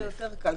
פה זה יותר קל.